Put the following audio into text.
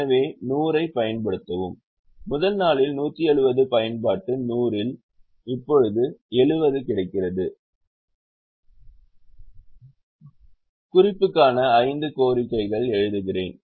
எனவே 100 ஐ பயன்படுத்தவும் முதல் நாளில் 170 பயன்பாட்டு 100 இல் இப்போது 70 கிடைக்கிறது நான் இருக்கிறேன் குறிப்புக்கான 5 கோரிக்கைகளை எழுதுகிறேன்